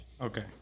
Okay